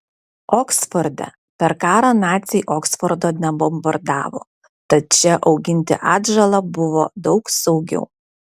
oksforde per karą naciai oksfordo nebombardavo tad čia auginti atžalą buvo daug saugiau